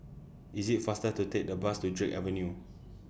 IS IT faster to Take The Bus to Drake Avenue